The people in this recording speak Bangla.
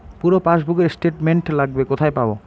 পুরো পাসবুকের স্টেটমেন্ট লাগবে কোথায় পাব?